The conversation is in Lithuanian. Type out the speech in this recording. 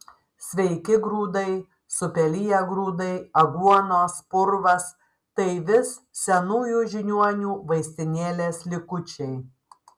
sveiki grūdai supeliję grūdai aguonos purvas tai vis senųjų žiniuonių vaistinėlės likučiai